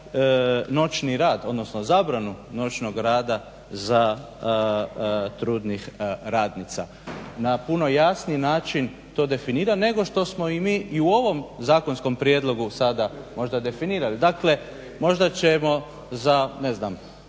noćni rad, odnosno zabranu noćnog rada trudnih radnica. Na puno jasniji način to definira nego što smo mi i u ovom zakonskom prijedlogu sada možda definirali. Dakle možda ćemo za neko